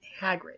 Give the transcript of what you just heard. Hagrid